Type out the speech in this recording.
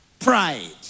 Pride